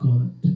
God